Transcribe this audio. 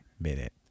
minute